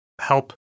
help